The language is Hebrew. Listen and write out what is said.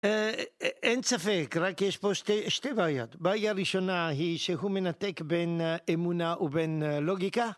אין ספק, רק יש פה שתי בעיות. בעיה ראשונה היא שהוא מנתק בין אמונה ובין לוגיקה.